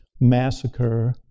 massacre